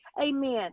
amen